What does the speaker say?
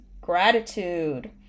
gratitude